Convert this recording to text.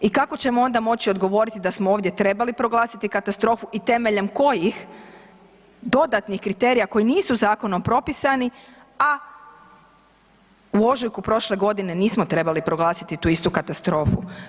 I kako ćemo onda moći odgovoriti da smo ovdje trebali proglasiti katastrofu i temeljem kojih dodatnih kriterija koji nisu zakonom propisani, a u ožujku prošle godine nismo trebali proglasiti tu istu katastrofu.